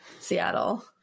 Seattle